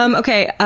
um okay,